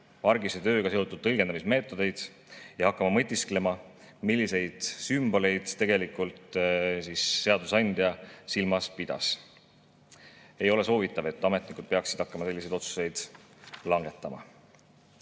argise tööga seotud tõlgendamismeetodeid ja hakkama mõtisklema, milliseid sümboleid tegelikult seadusandja silmas pidas. Ei ole soovitav, et ametnikud peaksid hakkama selliseid otsuseid langetama.